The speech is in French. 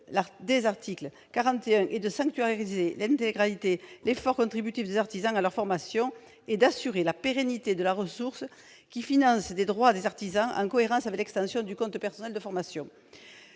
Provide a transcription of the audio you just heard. de l'article 41 est de sanctuariser l'intégralité de l'effort contributif des artisans à leur formation et d'assurer la pérennité de la ressource qui finance leurs droits, en cohérence avec l'extension du compte personnel de formation.